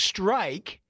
Strike